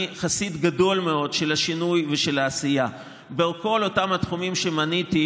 אני חסיד גדול מאוד של השינוי ושל העשייה בכל אותם התחומים שמניתי,